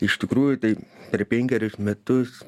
iš tikrųjų tai per penkerius metus